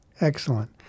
Excellent